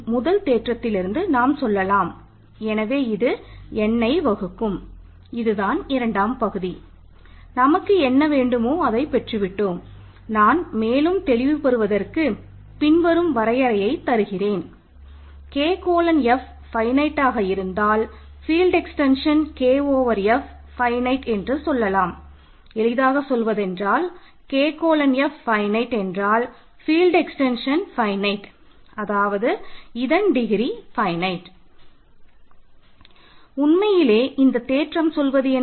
உண்மையிலேயே இந்த தேற்றம் சொல்வது என்ன